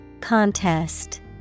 Contest